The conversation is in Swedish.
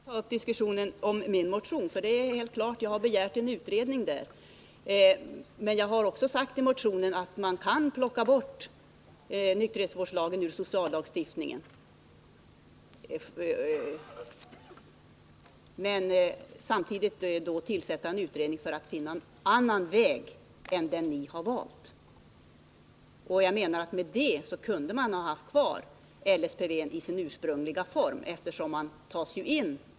Herr talman! Jag tycker inte att vi skall ta upp någon diskussion om min motion, eftersom jag ju där har begärt en utredning. I motionen har jag emellertid framhållit att man kan plocka bort nykterhetsvårdslagen ur sociallagstiftningen, om man samtidigt tillsätter en utredning för att finna en annan väg än den som ni har valt. Jag menar att man då kunde ha haft kvar LSPV i dess ursprungliga form.